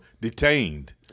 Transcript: detained